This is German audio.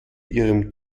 ihrem